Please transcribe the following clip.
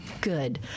good